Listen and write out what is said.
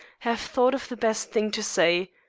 have thought of the best thing to say.